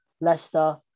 Leicester